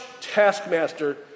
taskmaster